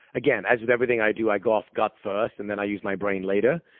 again, as with everything i do i go off gut first and then i use my brain later.